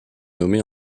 nommée